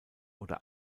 oder